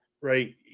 right